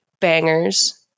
bangers